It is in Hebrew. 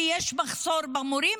כי יש מחסור במורים,